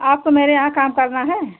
आपको मेरे यहाँ काम करना है